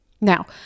Now